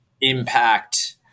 impact